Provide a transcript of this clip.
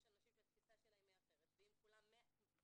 יש אנשים שהתפיסה שלהם היא אחרת ואם כולם פה